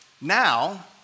Now